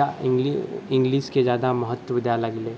जा इङ्गलिशके ज्यादा महत्व दै लगलै